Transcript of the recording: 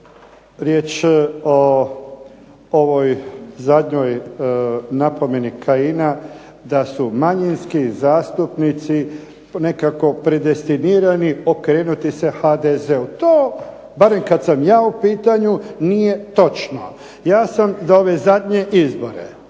riječ o ovoj zadnjoj napomeni Kajina da su manjinski zastupnici nekako predestinirani okrenuti HDZ-u. to barem kada sam ja u pitanju nije točno. Ja sam za ove zadnje izbore